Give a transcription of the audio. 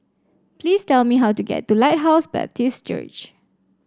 please tell me how to get to Lighthouse Baptist Church